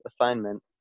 assignment